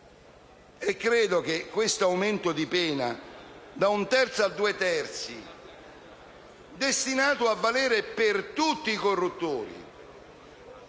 Credo che questo aumento di pena da un terzo a due terzi, destinato a valere per tutti i corruttori,